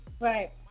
Right